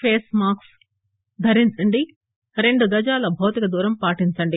face mask ధరించండి రెండు గజాల భౌతిక దూరం పాటించండి